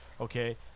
Okay